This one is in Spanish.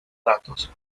datos